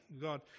God